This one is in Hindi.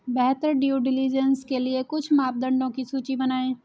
बेहतर ड्यू डिलिजेंस के लिए कुछ मापदंडों की सूची बनाएं?